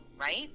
right